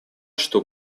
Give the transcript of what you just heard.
что